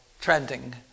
trending